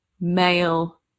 male